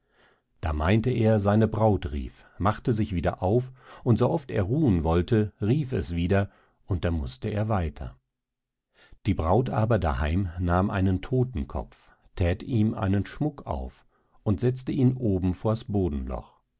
da meinte er seine braut rief machte sich wieder auf und so oft er ruhen wollte rief es wieder und da mußte er weiter die braut aber daheim nahm einen todtenkopf thät ihm einen schmuck auf und setzte ihn oben vors bodenloch